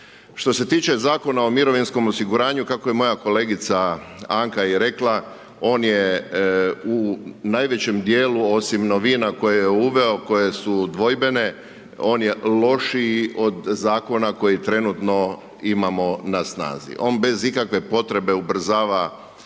Što se tiče Zakona o mirovinskom osiguranju, kako je moja kolegica Anka i rekla, on je u najvećem dijelu, osim novina koje je uveo, koje su dvojbene, on je lošiji od Zakona koji trenutno imamo na snazi. On bez ikakve potrebe ubrzava